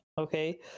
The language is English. okay